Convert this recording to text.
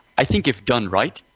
i think if done right,